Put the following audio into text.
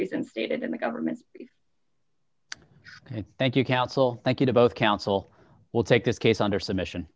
reasons stated in the government's thank you counsel thank you to both counsel will take this case under submission